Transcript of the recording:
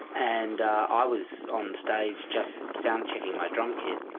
and i was on stage just sound-checking my drum kit